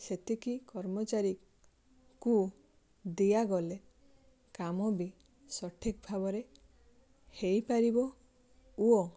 ସେତିକି କର୍ମଚାରୀ କୁ ଦିଆଗଲେ କାମବି ସଠିକ୍ ଭାବରେ ହେଇପାରିବ ଓ